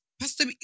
Pastor